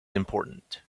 important